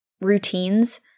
routines